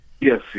Yes